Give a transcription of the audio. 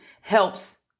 helps